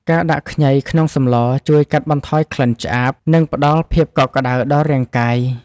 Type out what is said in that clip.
ការដាក់ខ្ញីក្នុងសម្ល ជួយកាត់បន្ថយក្លិនឆ្អាប និងផ្តល់ភាពកក់ក្តៅដល់រាងកាយ។